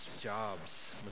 jobs